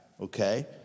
Okay